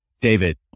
david